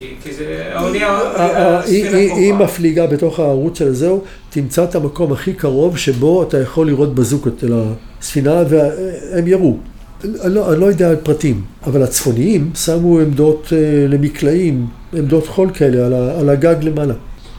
היא מפליגה בתוך הערוץ של זו, תמצא את המקום הכי קרוב שבו אתה יכול לראות בזוקות על הספינה והם ירו. אני לא יודע על פרטים, אבל הצפוניים שמו עמדות למקלעים, עמדות חול כאלה על הגג למעלה.